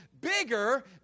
bigger